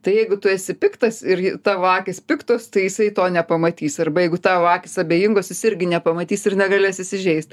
tai jeigu tu esi piktas ir tavo akys piktos tai jisai to nepamatys arba jeigu tavo akys abejingos jis irgi nepamatys ir negalės įsižeist